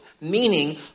Meaning